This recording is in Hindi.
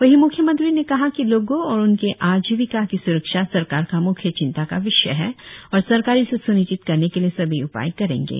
वहीं म्ख्य मंत्री ने कहा कि लोगों और उनके आजीविका की सुरक्षा सरकार का मुख्य चिंता का विषय है और सरकार इसे स्निश्चित करने के लिए सभी उपाय करेंगे